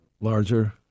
larger